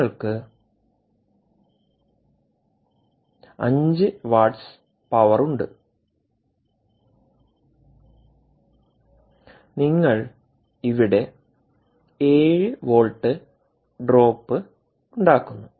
നിങ്ങൾക്ക് 5 watts power ഉണ്ട് നിങ്ങൾ ഇവിടെ 7 വോൾട്ട് ഡ്രോപ്പ് ഉണ്ടാക്കുന്നു